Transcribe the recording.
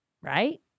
Right